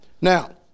Now